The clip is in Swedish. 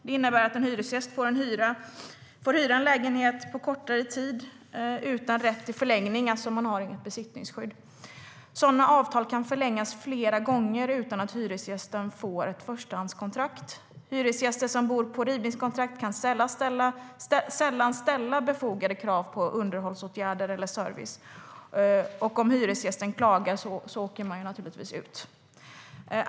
Det innebär att en hyresgäst får hyra en lägenhet på kortare tid utan rätt till förlängning, det vill säga man har inte ett besittningsskydd. Sådana avtal kan förlängas flera gånger utan att hyresgästen får ett förstahandskontrakt. Hyresgästen som bor med rivningskontrakt kan sällan ställa befogade krav på underhållsåtgärder eller service. Om hyresgästen klagar åker denne naturligtvis ut.